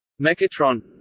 mechatron.